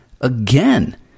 again